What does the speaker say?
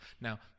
now